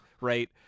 Right